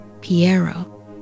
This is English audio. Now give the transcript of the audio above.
Piero